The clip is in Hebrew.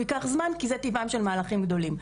ייקח זמן כי זה טבעם של מהלכים גדולים.